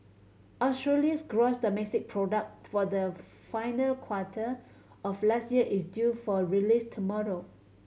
Australia's gross domestic product for the final quarter of last year is due for release tomorrow